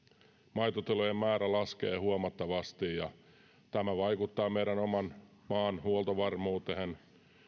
maitotilojen määrä laskee huomattavasti ja tämä vaikuttaa meidän oman maamme huoltovarmuuteen